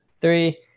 three